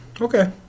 Okay